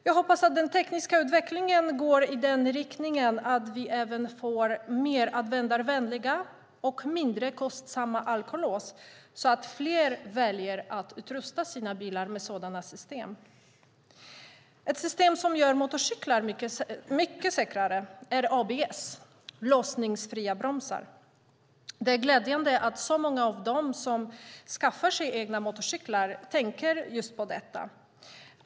Jag hoppas att den tekniska utvecklingen går i den riktningen att vi även får mer användarvänliga och mindre kostsamma alkolås, så att fler väljer att utrusta sina bilar med sådana system. Ett system som gör motorcyklar mycket säkrare är ABS, låsningsfria bromsar. Det är glädjande att så många av dem som skaffar sig egna motorcyklar tänker på detta.